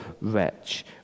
wretch